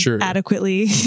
adequately